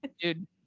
dude